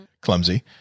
clumsy